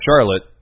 Charlotte